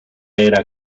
era